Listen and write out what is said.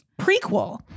prequel